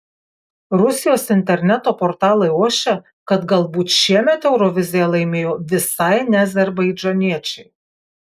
rusijos interneto portalai ošia kad galbūt šiemet euroviziją laimėjo visai ne azerbaidžaniečiai